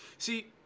See